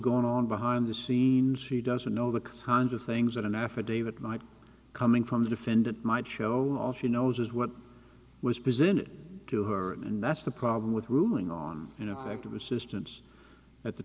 going on behind the scenes she doesn't know the cons of things that an affidavit might be coming from the defendant might show all she knows is what was presented to her and that's the problem with ruling on you know active assistance at the